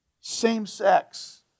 same-sex